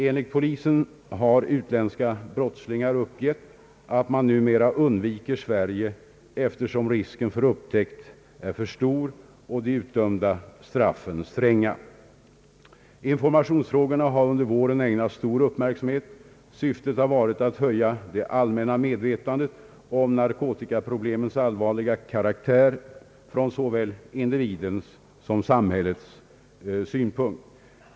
Enligt polisen har utländska brottslingar uppgett att man numera undviker Sverige, eftersom risken för upptäckt är för stor och de utdömda straffen stränga. Informationsfrågorna har under våren ägnats stor uppmärksamhet. Syftet har varit att höja det allmänna medvetandet om narkotikaproblemens allvarliga karaktär från såväl individens som samhällets synpunkt.